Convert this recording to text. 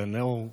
גן אור,